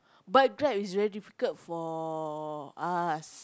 but Grab is very difficult for us